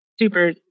super